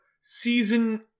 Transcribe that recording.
season